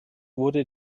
wurde